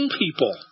people